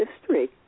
history